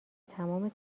تمام